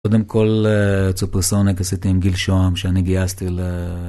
קודם כל את סופרסוניק עשיתי עם גיל שוהם שאני גייסתי ל...